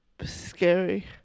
scary